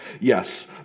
yes